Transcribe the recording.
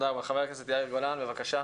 חבר הכנסת יאיר גולן, בבקשה.